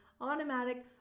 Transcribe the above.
automatic